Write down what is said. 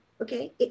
okay